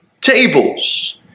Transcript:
Tables